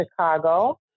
Chicago